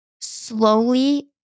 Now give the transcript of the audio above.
slowly